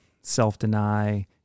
self-deny